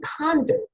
pondered